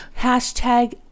hashtag